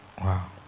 Wow